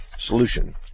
Solution